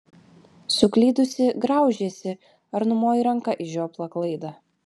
suklydusi graužiesi ar numoji ranka į žioplą klaidą